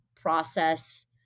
process